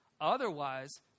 Otherwise